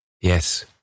Yes